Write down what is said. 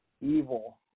evil